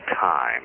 time